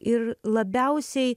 ir labiausiai